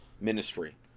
ministry